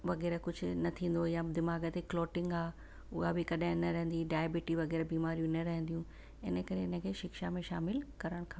वग़ैरह कुझु न थींदो या दिमाग़ ते क्लोटिंग आहे उहा बि कॾहिं न रहंदी डायबिटी वग़ैरह बीमारियूं न रहंदियूं इनकरे हिनखे शिक्षा में शामिलु करणु खपे